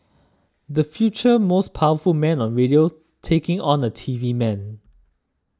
the future most powerful man on radio taking on a T V man